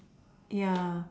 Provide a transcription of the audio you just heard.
ya